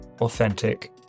authentic